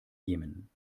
jemen